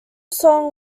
song